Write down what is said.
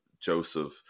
Joseph